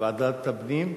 ועדת הפנים?